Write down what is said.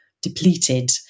depleted